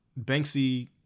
Banksy